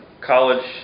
college